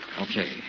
Okay